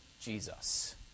Jesus